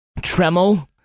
Tremel